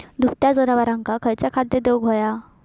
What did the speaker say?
दुभत्या जनावरांका खयचा खाद्य देऊक व्हया?